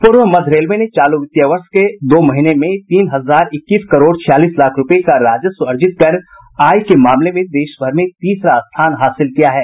पूर्व मध्य रेलवे ने चालू वित्तीय वर्ष के दो महीने में तीन हजार इक्कीस करोड़ छियालीस लाख रूपये का राजस्व अर्जित कर आय के मामले में देशभर में तीसरा स्थान हासिल किया है